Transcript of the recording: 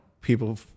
people